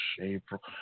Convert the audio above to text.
April